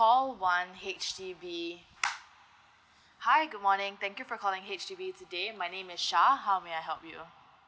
call one H_D_B hi good morning thank you for calling H_D_B today my name is shah how may I help you